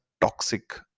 toxic